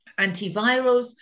antivirals